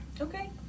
Okay